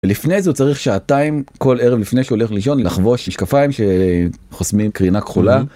לפני זה צריך שעתיים כל ערב לפני שהולך לישון לחבוש משקפיים שחוסמים קרינה כחולה.